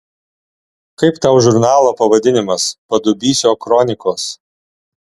kaip tau žurnalo pavadinimas padubysio kronikos